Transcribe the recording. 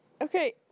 Okay